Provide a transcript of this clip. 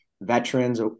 veterans